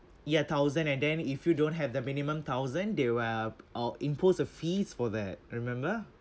ya thousand and then if you don't have the minimum thousand they will uh impose a fees for that remember